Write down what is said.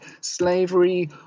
slavery